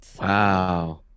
Wow